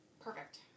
Perfect